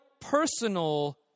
personal